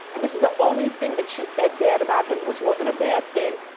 and this is the only thing that she said bad about him, which wasn't a bad thing,